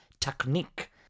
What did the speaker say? technique